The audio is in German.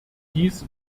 dies